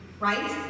Right